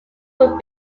would